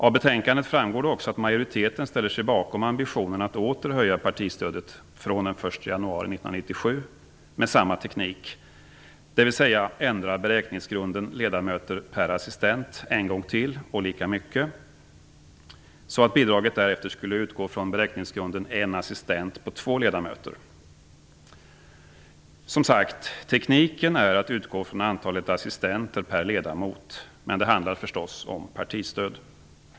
Av betänkandet framgår också att majoriteten ställer sig bakom ambitionen att åter höja partistödet från den 1 januari 1997 med samma teknik, dvs. ändra beräkningsgrunden ledamöter per assistent en gång till och lika mycket, så att bidraget därefter skulle utgå från beräkningsgrunden en assistent på två ledamöter. Som sagt, tekniken är att utgå från antalet assistenter per ledamot, men det handlar förstås om partistöd.